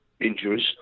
injuries